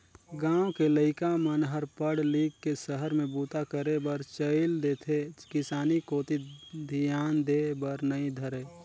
गाँव के लइका मन हर पढ़ लिख के सहर में बूता करे बर चइल देथे किसानी कोती धियान देय बर नइ धरय